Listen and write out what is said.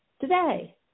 today